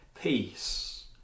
peace